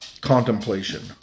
contemplation